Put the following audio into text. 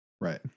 Right